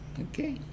Okay